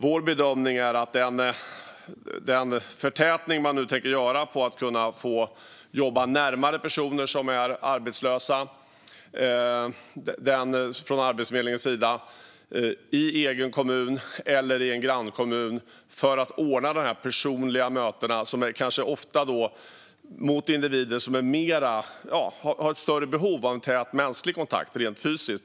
Vår bedömning är att den förtätning Arbetsförmedlingen nu tänker göra också innebär att jobba närmare personer som är arbetslösa, i den egna kommunen eller i en grannkommun, och ordna personliga möten, vilka ofta riktar sig till individer som har större behov av en tät mänsklig kontakt rent fysiskt.